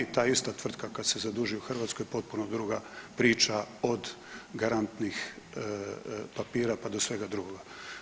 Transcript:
Ta ista tvrtka kad se zaduži u Hrvatskoj, potpuno druga priča od garantnih papira pa do svega drugoga.